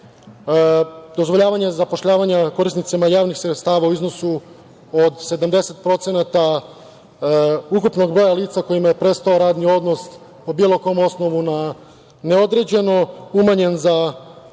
dozvoljavanje zapošljavanja korisnicima javnih sredstava u iznosu od 70% ukupnog broja lica kojima je prestao radni odnos po bilo kom osnovu na neodređeno, umanjen za